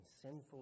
sinful